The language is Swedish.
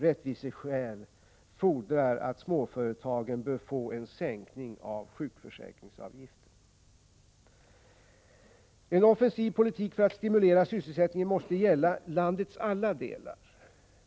Rättviseskäl fordrar att småföretag får en sänkning av sjukförsäkringsavgiften. En offensiv politik för att stimulera sysselsättningen måste gälla landets alla delar.